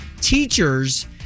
Teachers